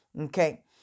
Okay